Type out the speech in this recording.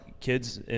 Kids